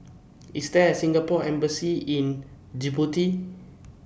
IS There A Singapore Embassy in Djibouti